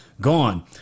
Gone